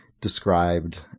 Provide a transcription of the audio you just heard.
described